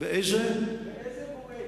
באיזה מועד?